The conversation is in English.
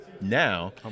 now